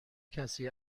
کسی